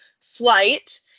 flight